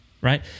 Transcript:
right